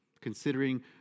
considering